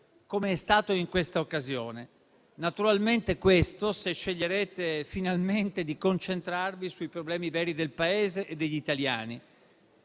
com'è stato in questa occasione. Naturalmente faremo questo se sceglierete finalmente di concentrarvi sui problemi veri del Paese e degli italiani;